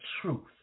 truth